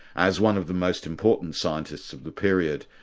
as one of the most important scientists of the period,